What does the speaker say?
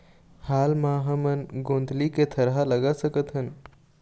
हाल मा हमन गोंदली के थरहा लगा सकतहन?